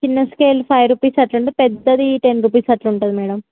చిన్న scale five rupees అలా ఉంటుంది పెద్దది టెన్ రూపీస్ అలా ఉంటుంది మేడం